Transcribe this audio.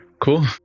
Cool